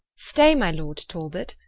stay my lord talbot,